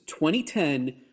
2010